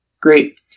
great